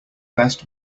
best